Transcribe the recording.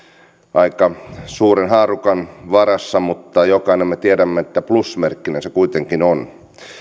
aika suuren haarukan varassa mutta me jokainen tiedämme että plusmerkkinen se kuitenkin on